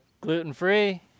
Gluten-free